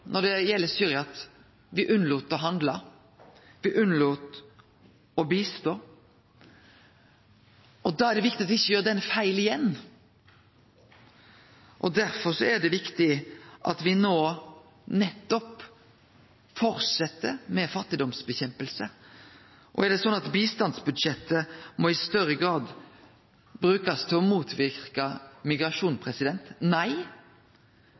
når det gjeld Syria, at me lét vere å handle, me lét vere å bistå, og da er det viktig at me ikkje gjer den feilen igjen, og derfor er det viktig at me no nettopp held fram med fattigdomsnedkjemping. Er det sånn at bistandsbudsjettet i større grad må brukast til å motverke migrasjon? Nei,